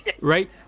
Right